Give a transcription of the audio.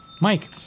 Mike